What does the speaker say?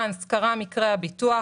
ברגע שקרה מקרה הביטוח,